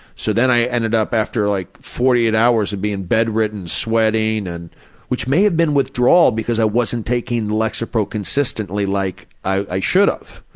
so then i ended up like after like forty eight hours of being bedridden, sweating and which may have been withdrawal because i wasn't taking lexapro consistently like i should have.